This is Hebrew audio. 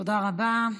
תודה רבה.